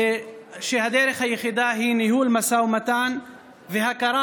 ושהדרך היחידה היא ניהול משא ומתן והכרה